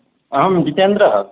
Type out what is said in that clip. अहं जितेन्द्रः